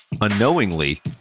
Unknowingly